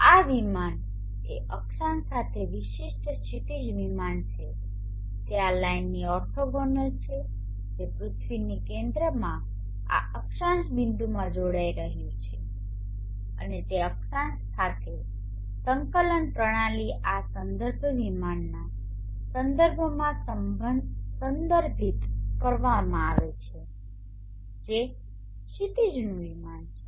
આ વિમાન એ અક્ષાંશ સાથે વિશિષ્ટ ક્ષિતિજ વિમાનો છે તે આ લાઇનની ઓર્થોગોનલ છે જે પૃથ્વીના કેન્દ્રમાં આ અક્ષાંશ બિંદુમાં જોડાઈ રહ્યું છે અને તે અક્ષાંશ માટે સંકલન પ્રણાલી આ સંદર્ભ વિમાનના સંદર્ભમાં સંદર્ભિત કરવામાં આવે છે જે ક્ષિતિજનું વિમાન છે